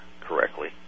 correctly